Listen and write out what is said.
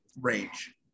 range